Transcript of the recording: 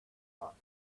thought